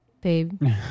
Babe